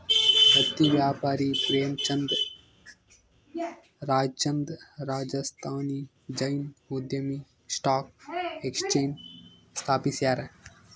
ಹತ್ತಿ ವ್ಯಾಪಾರಿ ಪ್ರೇಮಚಂದ್ ರಾಯ್ಚಂದ್ ರಾಜಸ್ಥಾನಿ ಜೈನ್ ಉದ್ಯಮಿ ಸ್ಟಾಕ್ ಎಕ್ಸ್ಚೇಂಜ್ ಸ್ಥಾಪಿಸ್ಯಾರ